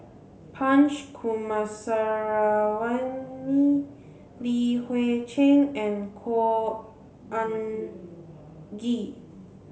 Punch Coomaraswamy Li Hui Cheng and Khor Ean Ghee